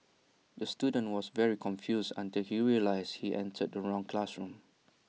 the student was very confused until he realised he entered the wrong classroom